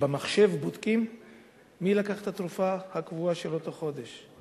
שבמחשב בודקים מי לקח את התרופה הקבועה שלו כל חודש,